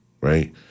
right